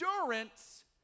endurance